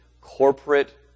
corporate